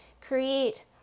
create